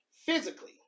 physically